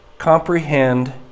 comprehend